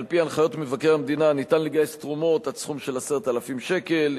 על-פי הנחיות מבקר המדינה ניתן לגייס תרומות עד סכום של 10,000 שקל.